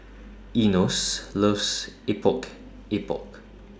Enos loves Epok Epok